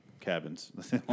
cabins